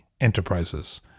Enterprises